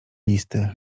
listy